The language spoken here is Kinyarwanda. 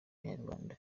y’abanyarwanda